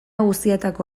guztietako